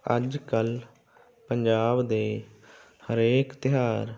ਅੱਜ ਕੱਲ੍ਹ ਪੰਜਾਬ ਦੇ ਹਰੇਕ ਤਿਉਹਾਰ